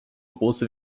große